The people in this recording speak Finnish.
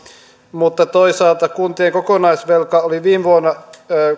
mutta toisaalta kuntien kokonaisvelka oli viime vuonna